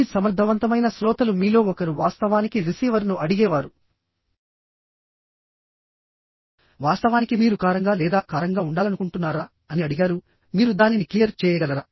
మీ సమర్థవంతమైన శ్రోతలు మీలో ఒకరు వాస్తవానికి రిసీవర్ను అడిగేవారు వాస్తవానికి మీరు కారంగా లేదా కారంగా ఉండాలనుకుంటున్నారా అని అడిగారు మీరు దానిని క్లియర్ చేయగలరా